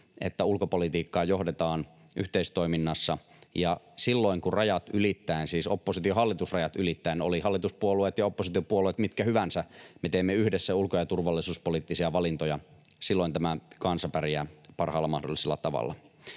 että ulkopolitiikkaa johdetaan yhteistoiminnassa, ja silloin kun rajat ylittäen — siis oppositio—hallitus-rajat ylittäen, olivat hallituspuolueet ja oppositiopuolueet mitkä hyvänsä — teemme yhdessä ulko- ja turvallisuuspoliittisia valintoja, silloin tämä kansa pärjää parhaalla mahdollisella tavalla.